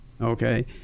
okay